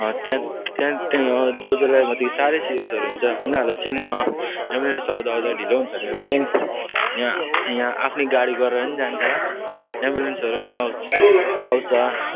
त्यहाँ त्यहाँ जस जसलाई मात्रै साह्रै सिरियसहरू हुन्छ उनीहरूलाई चाहिँ एम्बुलेन्स आउँदा आउँदा ढिलो हुन्छ भनेर चाहिँ यहाँ यहाँ आफ्नै गाडी गरेर नि जान्छ एम्बुलेन्सहरू नि आउँ आउँछ